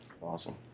Awesome